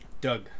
Doug